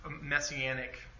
messianic